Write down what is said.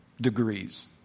degrees